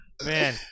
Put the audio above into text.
Man